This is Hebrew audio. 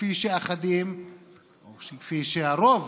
כפי שאחדים או כפי שהרוב